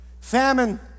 Famine